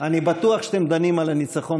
אני בטוח שאתם דנים על הניצחון